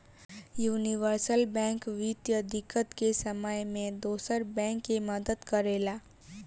universal bank वित्तीय दिक्कत के समय में दोसर बैंक के मदद करेला